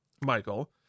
Michael